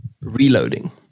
reloading